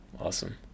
Awesome